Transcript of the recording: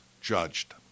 judged